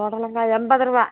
புடலங்கா எண்பது ரூபா